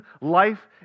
life